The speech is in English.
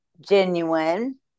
genuine